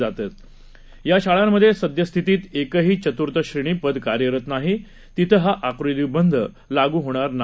ज्या शाळांमध्ये सद्यस्थितीत क्रिही चतुर्थ श्रेणी पद कार्यरत नाही तिथं हा आकृतीबंध लागू होणार आहे